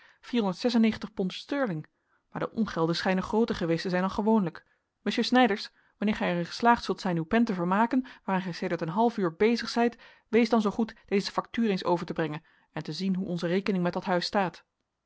sterling maar de ongelden schijnen grooter geweest te zijn dan gewoonlijk monsieur snijders wanneer gij er in geslaagd zult zijn uw pen te vermaken waaraan gij sedert een half uur bezig zijt wees dan zoo goed deze factuur eens over te brengen en te zien hoe onze rekening met dat huis staat